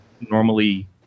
normally